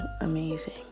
amazing